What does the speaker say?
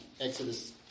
Exodus